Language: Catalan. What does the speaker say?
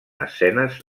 escenes